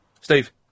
Steve